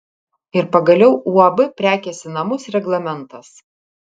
ir pagaliau uab prekės į namus reglamentas